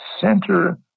center